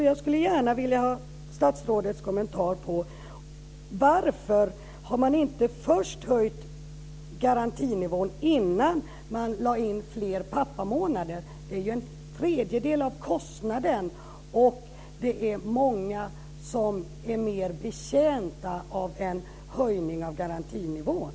Jag skulle gärna vilja ha statsrådets kommentar till varför man inte först har höjt garantinivån innan man lade in fler pappamånader. Det är ju en tredjedel av kostnaden och det är många som är mer betjänta av en höjning av garantinivån.